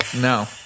no